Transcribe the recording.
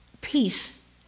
peace